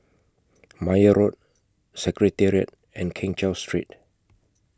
Meyer Road Secretariat and Keng Cheow Street